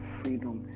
freedom